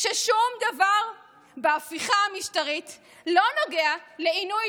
ששום דבר בהפיכה המשטרית לא נוגע לעינוי